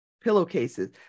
pillowcases